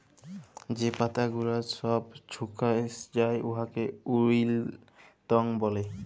যে পাতা গুলাল ছব ছুকাঁয় যায় উয়াকে উইল্টিং ব্যলে